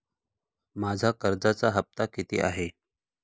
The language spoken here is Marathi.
माझा कर्जाचा हफ्ता किती आहे?